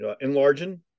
enlarging